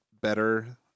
better